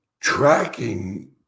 tracking